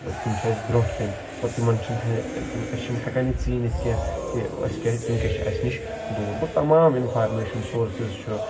تِم چھِ اَسہِ برٛونٛٹھٕ کَنۍ اور تِمَن چھِنہٕ أسۍ چھِنہٕ ہٮ۪کان یہِ ژیٖنِتھ کینٛہہ کہِ اَسہِ کیٛاہ تِم کیٛاہ چھِ اَسہِ نِش دوٗر گوٚو تمام اِنفارمیشَن سورسِز چھُ